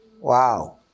Wow